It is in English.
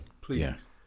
Please